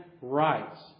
rights